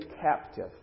captive